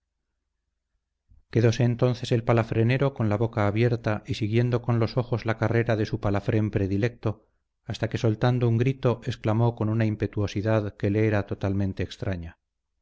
quedóse entonces el palafrenero con la boca abierta y siguiendo con los ojos la carrera de su palafrén predilecto hasta que soltando un grito exclamó con una impetuosidad que le era totalmente extraña